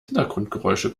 hintergrundgeräusche